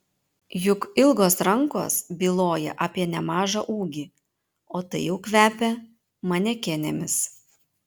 juk ilgos rankos byloja apie nemažą ūgį o tai jau kvepia manekenėmis